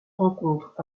rencontrent